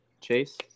Chase